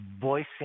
voicing